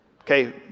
okay